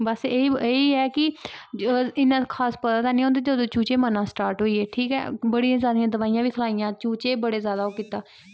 बस एह् ही ऐ कि इन्ना खास पता ते हैनी होंदा जदूं चूचे मरना स्टार्ट होई गे ठीक ऐ बड़ियां जादा दवाइयां बी खलाइयां चूचे बड़े जादा ओह् कीता